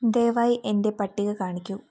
ദയവായി എൻ്റെ പട്ടിക കാണിക്കൂ